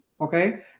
okay